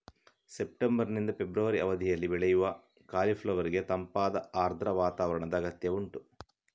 September ನಿಂದ February ಅವಧಿನಲ್ಲಿ ಬೆಳೆಯುವ ಕಾಲಿಫ್ಲವರ್ ಗೆ ತಂಪಾದ ಆರ್ದ್ರ ವಾತಾವರಣದ ಅಗತ್ಯ ಉಂಟು